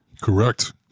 Correct